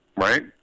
right